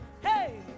Hey